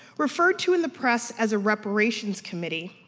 referred to in the press as a reparation's committee,